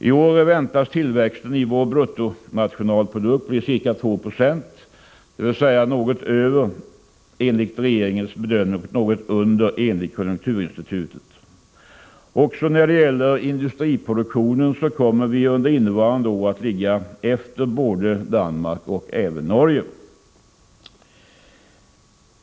I år väntas tillväxten i vår bruttonationalprodukt bli ca 2 20, dvs. något över 2 Zo enligt regeringens bedömning och något under enligt konjunkturinstitutets. Också när det gäller industriproduktionen kommer vi under innevarande år att ligga efter både Danmark och Norge.